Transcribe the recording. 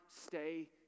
stay